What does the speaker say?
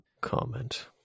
comment